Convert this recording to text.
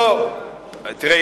תראה,